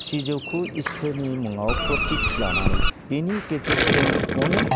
सिजौखौ इसोरनि मुङाव फ्रथिग नानै बिनि गेजेरजों अनेख